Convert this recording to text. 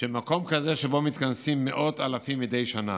שמקום כזה, שבו מתכנסים מאות אלפים מדי שנה,